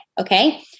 Okay